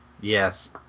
Yes